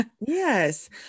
yes